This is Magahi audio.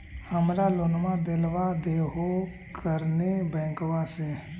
हमरा लोनवा देलवा देहो करने बैंकवा से?